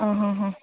ಹಾಂ ಹಾಂ ಹಾಂ